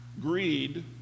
greed